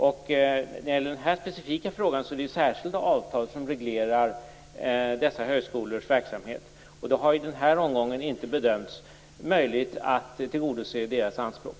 I den här specifika frågan regleras de aktuella högskolornas verksamhet av särskilda avtal. Det har i den här omgången inte bedömts möjligt att tillgodose deras anspråk.